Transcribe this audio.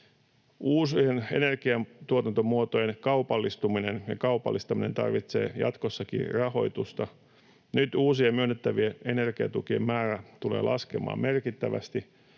Uusien energiantuotantomuotojen kaupallistuminen ja kaupallistaminen tarvitsevat jatkossakin rahoitusta. Nyt uusien myönnettävien energiatukien määrä tulee laskemaan merkittävästi,